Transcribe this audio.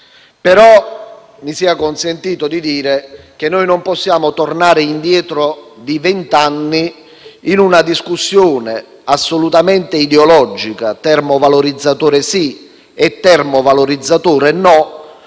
Però mi sia consentito di dire che noi non possiamo tornare indietro di vent'anni in una discussione assolutamente ideologica (termovalorizzatore sì, termovalorizzatore no)